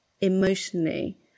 emotionally